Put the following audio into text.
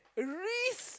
Reese